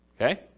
Okay